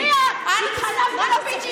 אני אגיש עלייך עוד תלונה לוועדת האתיקה.